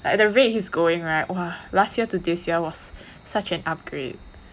at rate he is going [right] !wah! last year to this year was such an upgrade